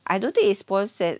I don't think it's sponsored